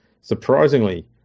Surprisingly